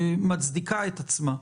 מצדיקה את עצמה.